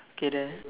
okay then